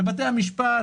ובבתי המשפט